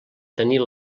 tenir